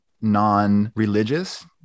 non-religious